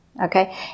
Okay